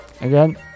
again